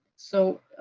so